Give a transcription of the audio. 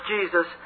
Jesus